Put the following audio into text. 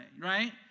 right